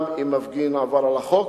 גם אם מפגין עבר על החוק,